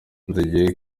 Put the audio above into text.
nizeye